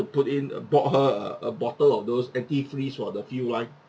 put in uh bought her a a bottle of those anti-freeze for the fuel line